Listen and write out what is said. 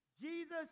jesus